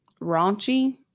raunchy